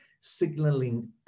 signaling